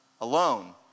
alone